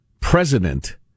President